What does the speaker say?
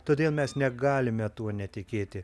todėl mes negalime tuo netikėti